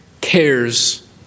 cares